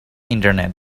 internet